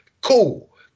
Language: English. Cool